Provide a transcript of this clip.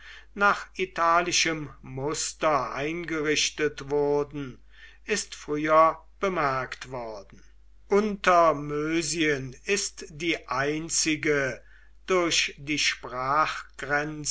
nach italischem muster eingerichtet wurden ist früher bemerkt worden untermösien ist die einzige durch die